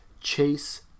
Chase